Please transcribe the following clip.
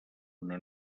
una